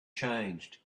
changed